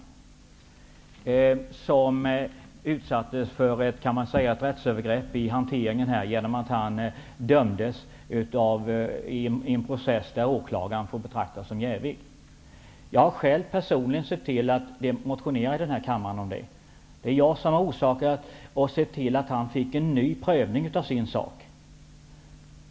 Denne utsattes för ett rättsövergrepp i hanteringen genom att han dömdes i en process, där åklagaren kunde betraktas såsom jävig. Jag har själv personligen motionerat i riksdagen om denna sak. Jag såg till att han fick en ny prövning av sin sak.